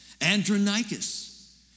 Andronicus